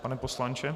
Pane poslanče.